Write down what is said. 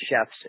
chefs